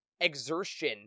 exertion